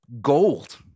gold